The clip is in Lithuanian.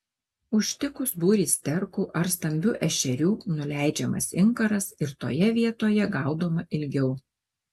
užtikus būrį sterkų ar stambių ešerių nuleidžiamas inkaras ir toje vietoje gaudoma ilgiau